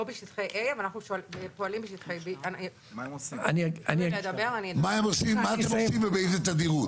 לא בשטחי A. מה אתם עושים ובאיזה תדירות?